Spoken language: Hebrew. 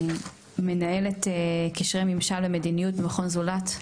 מנהלת קשרי ממשל ומדיניות במכון זולת.